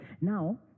Now